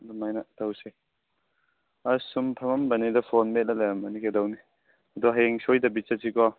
ꯑꯗꯨꯃꯥꯏꯅ ꯇꯧꯁꯤ ꯑꯁ ꯁꯨꯝ ꯐꯝꯃꯝꯕꯅꯤ ꯑꯗꯣ ꯐꯣꯟ ꯃꯦꯠꯂꯒ ꯂꯩꯔꯝꯕꯅꯤ ꯀꯩꯗꯧꯅꯤ ꯑꯗꯣ ꯍꯌꯦꯡ ꯁꯣꯏꯗꯕꯤ ꯆꯠꯁꯤꯀꯣ